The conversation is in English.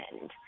end